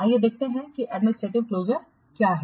आइए देखते हैं कि एडमिनिस्ट्रेटिव क्लोजर क्या है